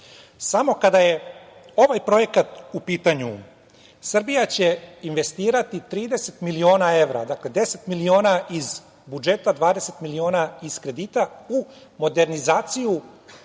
Samo kada je ovaj projekat u pitanju, Srbija će investirati 30 miliona evra. Dakle, 10 miliona iz budžeta, 20 miliona iz kredita u modernizaciju